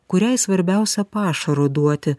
kuriai svarbiausia pašaro duoti